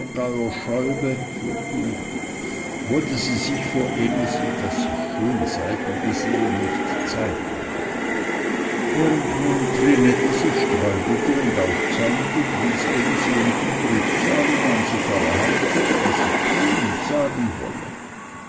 wollte sie sich vor elisi das sie schön seiden gesehen nicht zeigen während nun trinette sich sträubelte und aufzäumte blies elisi unten trübsal und nahm sich allerhand vor was es tun und sagen wolle